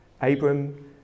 Abram